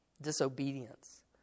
disobedience